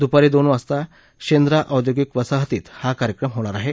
दुपारी दोन वाजता शेंद्रा औद्योगिक वसाहतीत हा कार्यक्रम होणार आहे